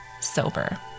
Sober